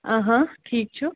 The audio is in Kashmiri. ٹھیٖک چھُ